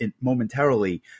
momentarily